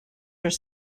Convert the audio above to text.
are